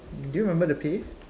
do you remember the pay